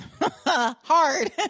hard